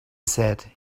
said